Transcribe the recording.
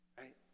right